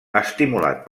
estimulat